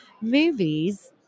movies